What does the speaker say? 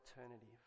alternative